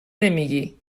نمیگی